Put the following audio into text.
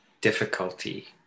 difficulty